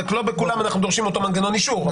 רק לא בכולן אנחנו דורשים אותו מנגנון אישור,